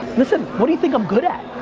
listen, what do you think i'm good at?